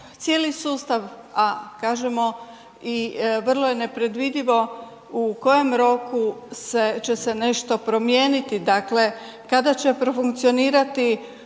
cijeli sustav, a kažemo i vrlo je nepredvidivo u kojem roku se, će se nešto promijeniti, dakle kada će profunkcionirati